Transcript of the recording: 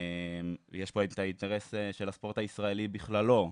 יש פה את האינטרס של הספורט הישראלי בכללו,